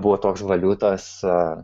buvo toks valiutos